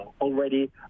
already